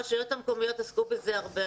הרשויות המקומיות עסקו בזה הרבה,